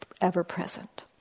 ever-present